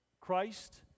Christ